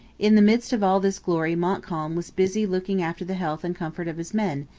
in the midst of all this glory montcalm was busy looking after the health and comfort of his men,